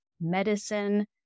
medicine